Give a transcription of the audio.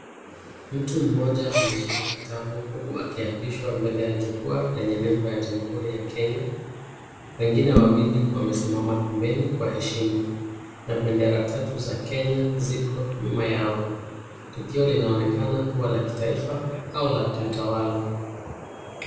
Mtu mmoja ameshika kitabu huku akiapishwa mbele ya jukwaa lenye nembo ya Jamhuri ya Kenya. Wengine wawili wamesimama pembeni kwa heshima. Na bendera tatu za Kenya ziko nyuma yao, tukio linaonekana kuwa la kitaifa au la kiutawala.